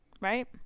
right